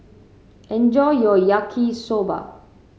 enjoy your Yaki Soba